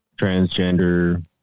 transgender